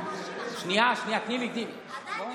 אתה עומד